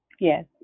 Yes